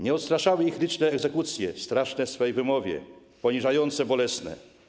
Nie odstraszały ich liczne egzekucje, straszne w swojej wymowie, poniżające, bolesne.